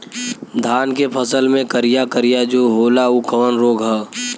धान के फसल मे करिया करिया जो होला ऊ कवन रोग ह?